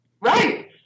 Right